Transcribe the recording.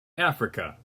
africa